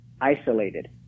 isolated